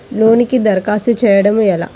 లోనుకి దరఖాస్తు చేయడము ఎలా?